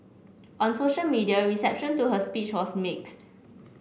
on social media reception to her speech was mixed